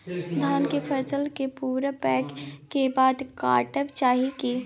धान के फसल के पूरा पकै के बाद काटब चाही की?